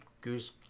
Goose